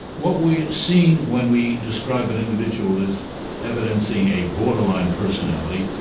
what we're seeing when we describe an individual as evidencing a borderline personality,